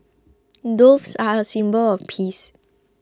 doves are a symbol of peace